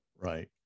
Right